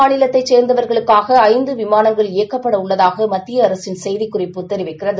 மாநிலத்தைசே்ந்தவர்களுக்காகஐந்துவிமானங்கள் இயக்கப்படஉள்ளதாகமத்தியஅரசின் குஐராத் செய்திக்குறிப்பு தெரிவிக்கிறது